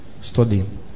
studying